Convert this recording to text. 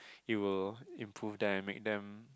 you will improve them make them